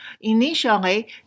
initially